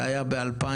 זה היה ב-2011-2010.